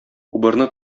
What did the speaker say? убырны